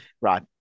right